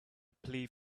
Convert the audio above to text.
plea